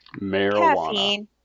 Marijuana